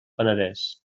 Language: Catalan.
penedès